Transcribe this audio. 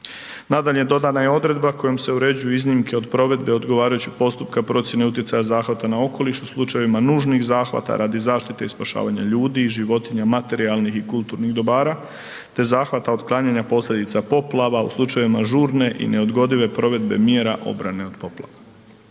Nadalje, dodana je odredba kojom se uređuju iznimke od provedbe odgovarajućeg postupka procjene utjecaja zahvata na okoliš u slučajevima nužnih zahvata radi zaštite i spašavanja ljudi i životinja, materijalnih i kulturnih dobara te zahvata otklanjanja posljedica poplava u slučajevima žurne i neodgodive provedbe mjera obrane od poplava.